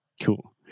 Cool